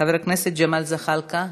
חבר הכנסת ג'מאל זחאלקה,